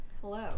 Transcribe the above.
Hello